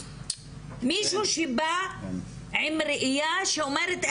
מישהו שבא עם ראייה שאומרת,